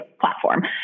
platform